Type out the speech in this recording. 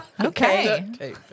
Okay